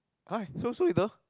[huh] so sue little